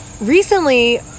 recently